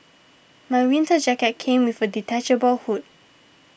my winter jacket came with a detachable hood